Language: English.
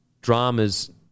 dramas –